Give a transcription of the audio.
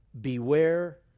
Beware